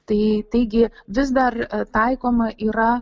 tai taigi vis dar taikoma yra